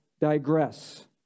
digress